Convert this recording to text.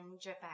Japan